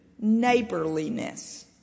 neighborliness